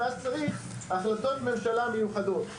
ואז צריך החלטות ממשלה מיוחדות.